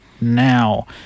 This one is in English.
now